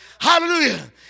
Hallelujah